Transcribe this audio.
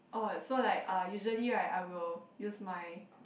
orh so like uh usually right I will use my